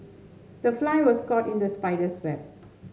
the fly was caught in the spider's web